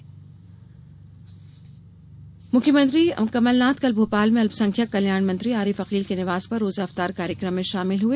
मुख्यमंत्री रोजा इफ़तार मुख्यमंत्री कमलनाथ कल भोपाल में अल्पसंख्यक कल्याण मंत्री आरिफ अकील के निवास पर रोजा इफ्तार कार्यक्रम में शामिल हुए